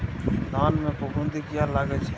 धान में फूफुंदी किया लगे छे?